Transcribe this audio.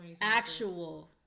actual